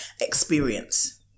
experience